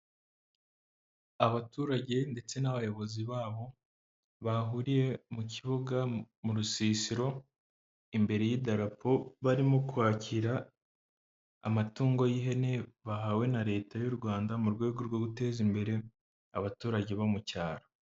Abaturage ndetse n'abayobozi babo bahuriye mu kibuga mu rusisiro imbere y'idarapo barimo kwakira amatungo y'ihene bahawe na leta y'u Rwanda mu rwego rwo guteza imbere abaturage bo mucyaro.